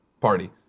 Party